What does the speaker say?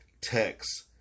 text